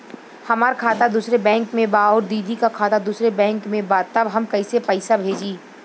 हमार खाता दूसरे बैंक में बा अउर दीदी का खाता दूसरे बैंक में बा तब हम कैसे पैसा भेजी?